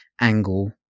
angle